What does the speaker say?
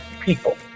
people